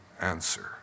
answer